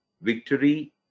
victory